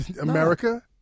America